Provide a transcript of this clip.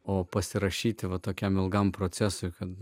o pasirašyti va tokiam ilgam procesui kad